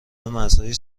مرزهای